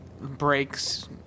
breaks